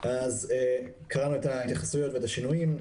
קראנו את ההתייחסויות והשינויים.